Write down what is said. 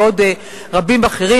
ועוד רבים אחרים.